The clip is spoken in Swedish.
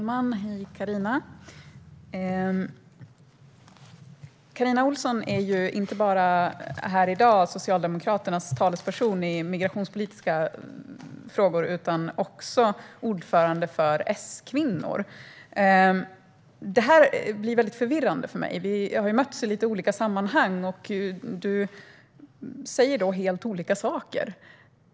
Herr talman! Carina Ohlsson är inte bara Socialdemokraternas talesperson här i dag i migrationspolitiska frågor, utan hon är också ordförande för S-kvinnor. Det blir lite förvirrande för mig. Vi har mötts i olika sammanhang, och du säger helt olika saker.